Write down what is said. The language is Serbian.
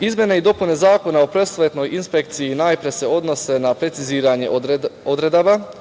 Izmene i dopune Zakona o prosvetnoj inspekciji najpre se odnose na preciziranje odredaba